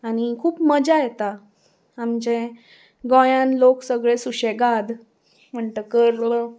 आनी खूब मजा येता आमचे गोंयान लोक सगळे सुशेगाद म्हणटकर